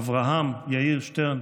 אברהם יאיר שטרן